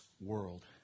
world